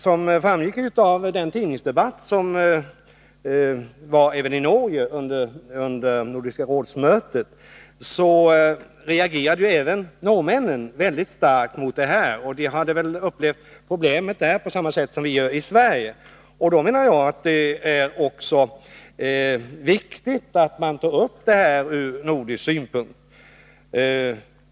Som framgick av den tidningsdebatt som förekom även i Norge under Nordiska rådets möte reagerade också norrmännen mycket starkt mot denna verksamhet. De hade väl upplevt problemet på samma sätt som vi gör i Sverige. Därför är det också viktigt att man tar upp frågan ur nordisk synpunkt.